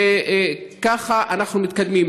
וככה אנחנו מתקדמים,